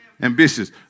Ambitious